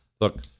Look